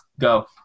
Go